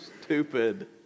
stupid